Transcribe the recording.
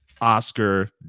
Oscar